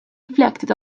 reflected